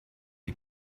die